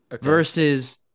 Versus